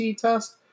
test